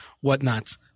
whatnot